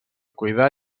cuidar